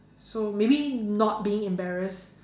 so maybe not being embarrassed